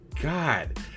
God